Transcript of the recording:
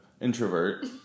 introvert